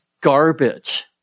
garbage